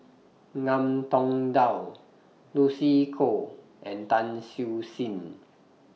Ngiam Tong Dow Lucy Koh and Tan Siew Sin